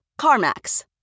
CarMax